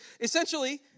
essentially